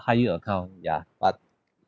high yield account ya but